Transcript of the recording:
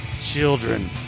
Children